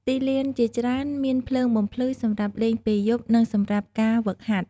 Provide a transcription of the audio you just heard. ទីលានជាច្រើនមានភ្លើងបំភ្លឺសម្រាប់លេងពេលយប់ និងសម្រាប់ការហ្វឹកហាត់។